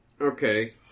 Okay